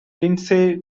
lindsay